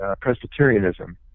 Presbyterianism